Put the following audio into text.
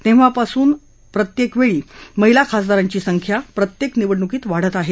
तेव्हापासून प्रत्येकवेळी महिला खासदारांची संख्या निवडणुकीत वाढत आहे